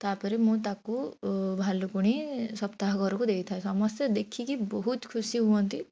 ତା'ପରେ ମୁଁ ତାକୁ ଭାଲୁକୁଣୀ ସପ୍ତାହ ଘରକୁ ଦେଇଥାଏ ସମସ୍ତେ ଦେଖିକି ବହୁତ ଖୁସି ହୁଅନ୍ତି